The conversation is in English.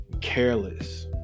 careless